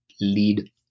lead